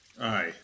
Aye